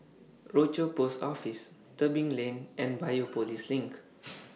Rochor Post Office Tebing Lane and Biopolis LINK